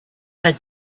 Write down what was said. had